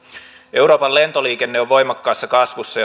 euroopan lentoliikenne on voimakkaassa kasvussa